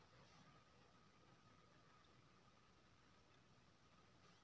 एक बित्तीय साल मे दस टा पात चेकबुक केर फ्री रहय छै